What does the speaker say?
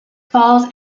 falls